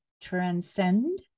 transcend